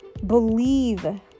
believe